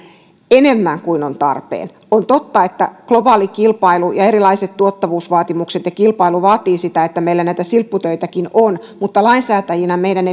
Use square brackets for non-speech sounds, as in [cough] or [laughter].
enemmän kuin on tarpeen on totta että globaali kilpailu ja erilaiset tuottavuusvaatimukset ja kilpailu vaativat sitä että meillä näitä silpputöitäkin on mutta lainsäätäjinä meidän [unintelligible]